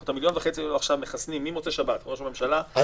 את המיליון וחצי אנחנו עכשיו מחסנים ממוצאי שבת --- 1 ביולי,